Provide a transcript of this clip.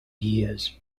years